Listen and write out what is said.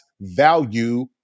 value